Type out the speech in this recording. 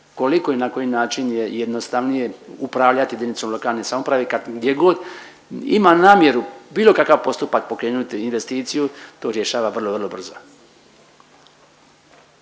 koliko i na koji način je jednostavnije upravljati jedinicom lokalne samouprave gdje god ima namjeru bilo kakav postupak pokrenuti i investiciju to rješava vrlo, vrlo brzo.